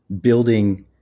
building